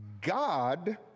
God